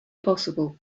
possible